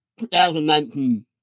2019